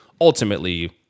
Ultimately